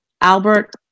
Albert